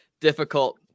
difficult